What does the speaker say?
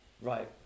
right